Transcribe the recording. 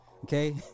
okay